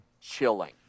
chilling